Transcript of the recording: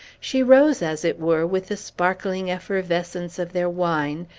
she rose, as it were, with the sparkling effervescence of their wine,